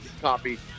copy